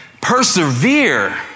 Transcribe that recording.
persevere